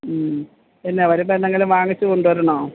ഉം പിന്നെ വരുമ്പോള് എന്തെങ്കിലും വാങ്ങിച്ച് കൊണ്ടുവരണോ